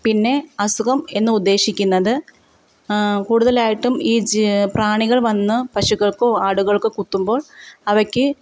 പിന്നെ അസുഖം എന്ന് ഉദ്ദേശിക്കുന്നത് കൂടുതലായിട്ടും ഈ ജീവി പ്രാണികൾ വന്ന് പശുക്കൾക്കോ ആടുകള്ക്കോ കുത്തുമ്പോൾ അവയ്ക്ക്